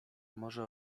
może